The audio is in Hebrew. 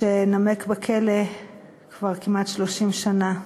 שנמק בכלא כבר כמעט 30 שנה.